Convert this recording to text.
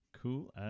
cool